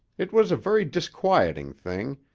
it was a very disquieting thing,